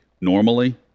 normally